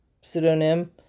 pseudonym